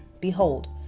Behold